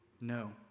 No